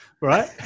Right